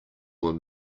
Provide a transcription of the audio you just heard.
were